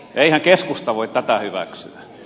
eihän keskusta voi tätä hyväksyä